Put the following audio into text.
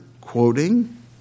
quoting